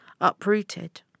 uprooted